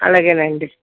అలాగే నండి